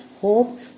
hope